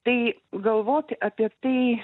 tai galvoti apie tai